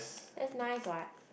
that's nice what